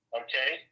okay